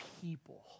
people